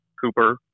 Cooper